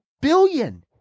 Billion